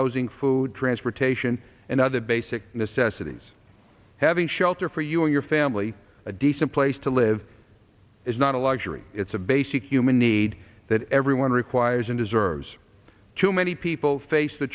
housing food transportation and other basic necessities having shelter for you and your family a decent place to live is not a luxury it's a basic human need that everyone requires and deserves to many people face the